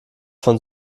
von